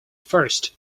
first